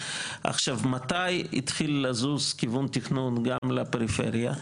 מתי התחיל לזוז כיוון תכנון גם לפריפריה?